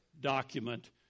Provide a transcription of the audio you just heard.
document